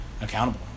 accountable